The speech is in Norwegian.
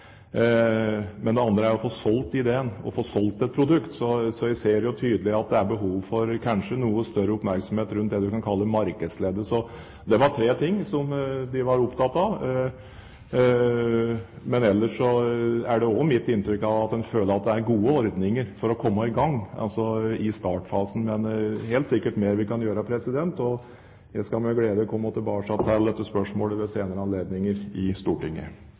få solgt et produkt. Så jeg ser jo tydelig at det kanskje er behov for noe større oppmerksomhet rundt det vi kan kalle markedsleddet. Dette var tre ting som de var opptatt av. Men ellers er det også mitt inntrykk at en føler at det er gode ordninger for å komme i gang, altså i startfasen. Men det er helt sikkert mer vi kan gjøre. Jeg skal ved senere anledninger med glede komme tilbake til dette i Stortinget. Både i eierskapsmeldingen og i